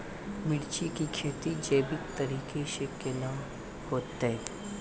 मिर्ची की खेती जैविक तरीका से के ना होते?